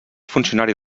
funcionari